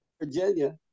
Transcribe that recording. Virginia